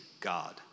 God